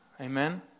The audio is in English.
amen